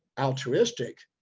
altruistic.